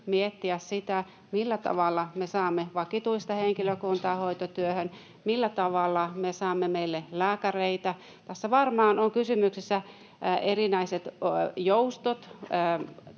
miettiä sitä, millä tavalla me saamme vakituista henkilökuntaa hoitotyöhön, millä tavalla me saamme meille lääkäreitä. Tässä varmaan ovat kysymyksessä erinäiset joustot,